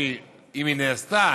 שאם היא נעשתה,